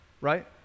right